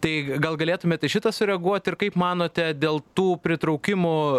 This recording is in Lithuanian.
tai gal galėtumėt į šitą sureaguot ir kaip manote dėl tų pritraukimų